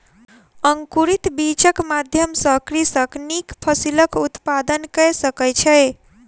अंकुरित बीजक माध्यम सॅ कृषक नीक फसिलक उत्पादन कय सकै छै